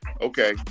okay